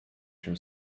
się